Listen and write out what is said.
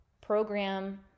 program